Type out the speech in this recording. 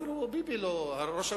אפילו ביבי, ראש הממשלה,